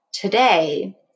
today